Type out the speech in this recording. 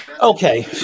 Okay